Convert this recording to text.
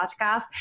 podcast